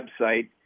website